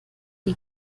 die